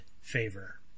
favor